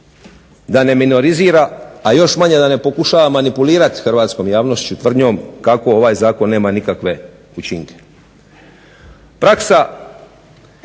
da ne minorizira a još manje da ne pokušava manipulirati sa hrvatskom javnošću tvrdnjom kako ovaj zakon nema nikakve učinke.